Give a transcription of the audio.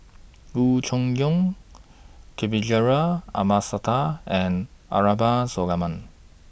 Loo Choon Yong Kavignareru Amallathasan and Abraham Solomon